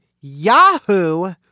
yahoo